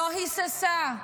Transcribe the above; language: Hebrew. לא היססה,